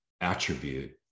attribute